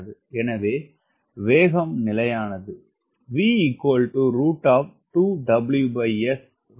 எனவே வேகம் நிலையானது V